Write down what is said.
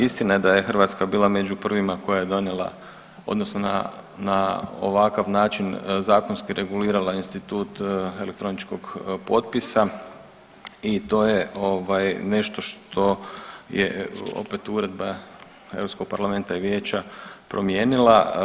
Istina je da je Hrvatska bila među prvima koja je donijela odnosno na, na ovakav način zakonski regulirala institut elektroničkog potpisa i to je ovaj nešto što je opet Uredba Europskog parlamenta i vijeća promijenila.